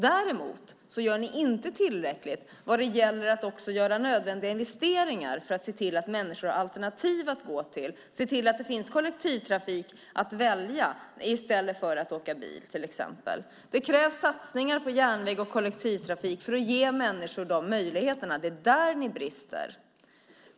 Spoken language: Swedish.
Däremot gör ni inte tillräckligt vad gäller att också göra nödvändiga investeringar för att se till att människor har alternativ, se till att det finns kollektivtrafik att välja i stället för att åka bil till exempel. Det krävs satsningar på järnväg och kollektivtrafik för att ge människor de möjligheterna. Det är där ni brister.